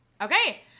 Okay